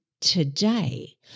today